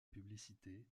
publicité